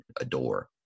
adore